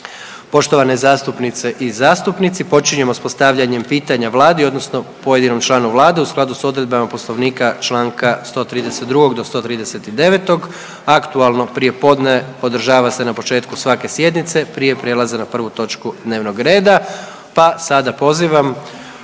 Poštovane zastupnice i zastupnici, počinjemo s postavljanjem pitanja vladi odnosno pojedinom članu vlade u skladu s odredbama Poslovnika čl. 132. do 139., aktualno prijepodne održava se na početku svake sjednice prije prijelaza na prvu točku dnevnog reda, pa sada pozivam